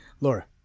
Laura